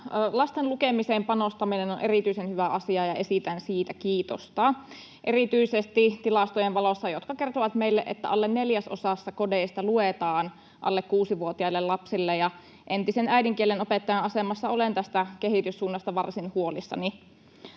Lasten lukemiseen panostaminen on erityisen hyvä asia, ja esitän siitä kiitosta — erityisesti tilastojen valossa, jotka kertovat meille, että alle neljäsosassa kodeista luetaan alle kuusivuotiaille lapsille, ja entisen äidinkielenopettajan asemassa olen tästä kehityssuunnasta varsin huolissani.